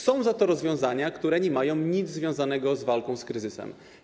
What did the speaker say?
Są za to rozwiązania, które nie mają nic wspólnego z walką z kryzysem.